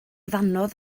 ddannoedd